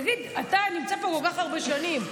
תגיד, אתה נמצא פה כל כך הרבה שנים.